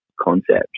concept